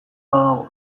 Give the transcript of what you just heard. badago